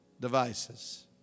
devices